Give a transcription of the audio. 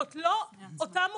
זאת לא אותה מוגבלות.